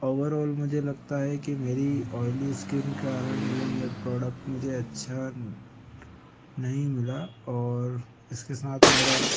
overall मुझे लगता है कि मेरी ऑयली स्किन कारण यह मैं प्रोडक्ट मुझे अच्छा नहीं मिला और इसके साथ मेरा